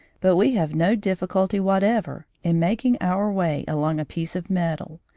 but we have no difficulty whatever in making our way along a piece of metal,